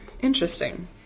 Interesting